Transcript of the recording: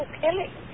killing